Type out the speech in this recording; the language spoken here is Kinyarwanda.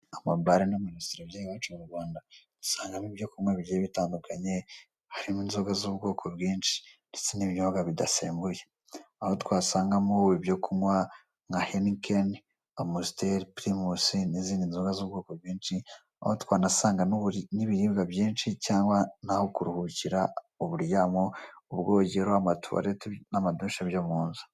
Nini yubatswe mu buryo buhezweho igaragara kuri iki cyapa ni imwe mu nzu z'ikitegererezo zubatse mu mugi wa Kigali, yubakishijwe ibikoresho biramba bigizwe n'ibirahure bitapfa kumeneka.